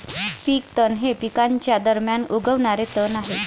पीक तण हे पिकांच्या दरम्यान उगवणारे तण आहे